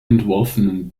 entworfenen